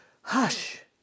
hush